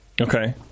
Okay